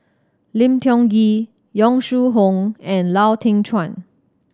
Lim Tiong Ghee Yong Shu Hoong and Lau Teng Chuan